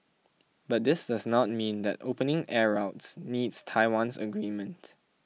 but this does not mean that opening air routes needs Taiwan's agreement